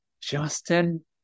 Justin